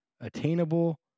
attainable